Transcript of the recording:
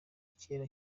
kera